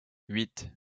huit